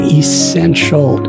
essential